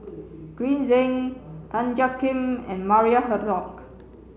Green Zeng Tan Jiak Kim and Maria Hertogh